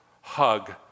Hug